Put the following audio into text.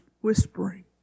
whispering